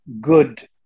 good